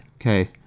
Okay